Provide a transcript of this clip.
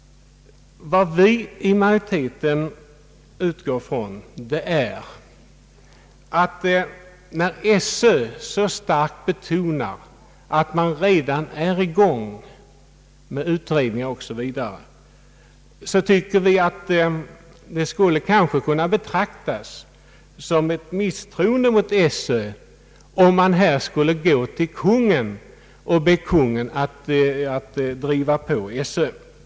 Vi i majoriteten utgår ifrån att när SÖ så starkt betonar att man redan är i gång med utredningar så skulle det kunna betraktas som ett misstroende mot SÖ om riksdagen skulle be Kungl. Maj:t driva på.